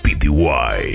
Pty